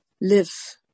live